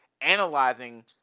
analyzing